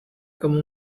como